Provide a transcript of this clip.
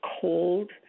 cold